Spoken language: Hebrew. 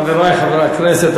חברי חברי הכנסת,